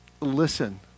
listen